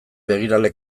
begirale